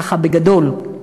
ככה בגדול.